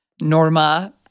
Norma